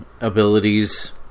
abilities